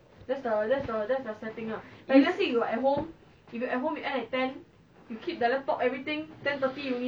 if